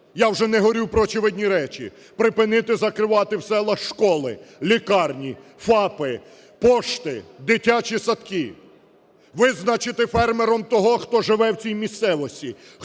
Я вже не говорю про очевидні речі: припинити закривати в селах школи, лікарні, ФАПи, пошти, дитячі садки, визначити фермером того, хто живе в цій місцевості,